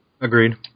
Agreed